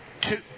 Two